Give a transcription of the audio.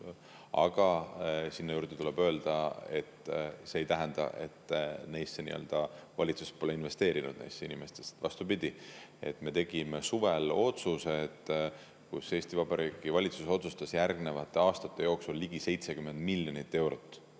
Aga sinna juurde tuleb öelda, et see ei tähenda, et valitsus pole investeerinud nendesse inimestesse. Vastupidi, me tegime suvel otsuse, Vabariigi Valitsus otsustas järgnevate aastate jooksul ligi 70 miljonit eurot